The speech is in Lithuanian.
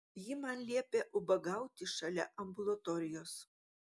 ji man liepė ubagauti šalia ambulatorijos